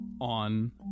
On